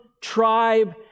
tribe